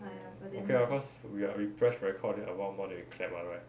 okay lah cause we are we pressed record then a while more than we clap ah right